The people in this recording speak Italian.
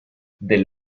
del